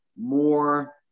more